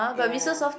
ya